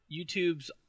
YouTube's